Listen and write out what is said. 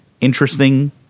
interesting